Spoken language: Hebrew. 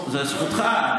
זו זכותך.